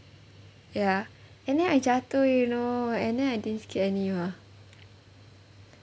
ya and then I jatuh you know and then I didn't skate anymore